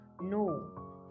No